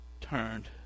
turned